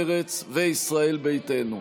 מרצ וישראל ביתנו.